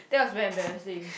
that was very embarrassing